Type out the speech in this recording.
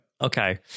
Okay